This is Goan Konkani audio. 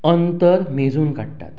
अंतर मेजून काडटात